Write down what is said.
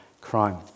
crime